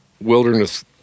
wilderness